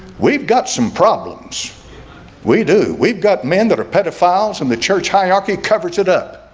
we've got some problems we do we've got men that are pedophiles and the church hierarchy covers it up.